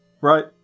Right